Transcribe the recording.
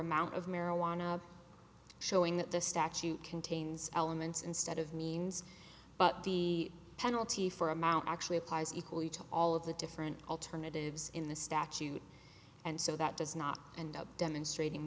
amount of marijuana showing that the statute contains elements instead of means but the penalty for amount actually applies equally to all of the different alternatives in the statute and so that does not end up demonstrating